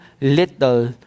little